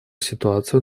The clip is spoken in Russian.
ситуацию